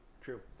True